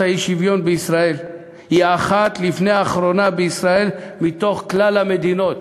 האי-שוויון בישראל היא אחת לפני האחרונה מתוך כלל המדינות.